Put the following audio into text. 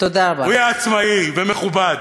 יהיה עצמאי ומכובד.